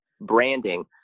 branding